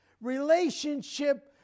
relationship